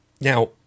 Now